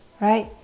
Right